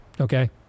Okay